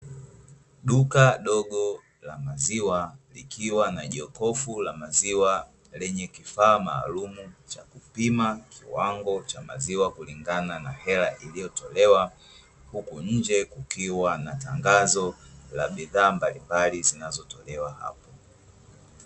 Duka dogo la maziwa likiwa na jokofu la maziwa lenye kifaa maalumu cha kupima kiwango cha maziwa kulingana na hela iliyotolewa, huku nje kukiwa na tangazo la bidhaa mbalimbali zinazotolewa hapo.